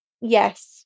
Yes